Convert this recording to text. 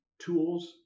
tools